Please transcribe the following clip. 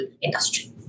industry